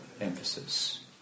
emphasis